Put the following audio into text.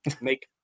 make